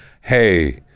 hey